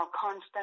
constant